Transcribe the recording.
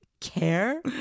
care